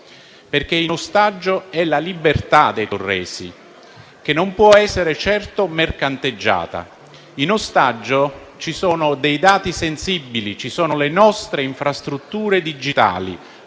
è infatti la libertà dei torresi che non può essere certo mercanteggiata. In ostaggio ci sono dei dati sensibili, ci sono le nostre infrastrutture digitali,